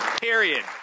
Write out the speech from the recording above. period